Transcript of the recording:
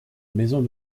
maison